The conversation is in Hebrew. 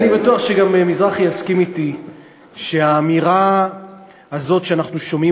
אני בטוח שגם מזרחי יסכים אתי שהאמירה הזאת שאנחנו שומעים,